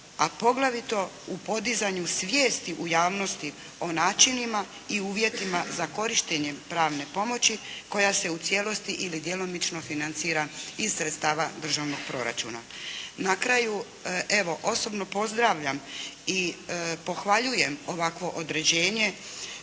a poglavito u podizanju svijesti u javnosti o načinima i uvjetima za korištenjem pravne pomoći koja se u cijelosti ili djelomično financira iz sredstava državnog proračuna. Na kraju evo osobno pozdravljam i pohvaljujem ovakvo određenje.